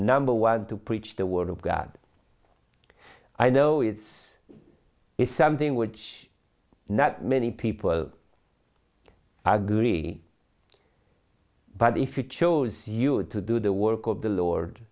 number one to preach the word of god i know it's is something which not many people are greedy but if you chose you to do the work of the lord